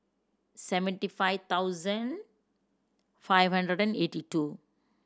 seventy five thousand five hundred and eighty two